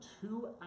two